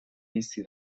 bizi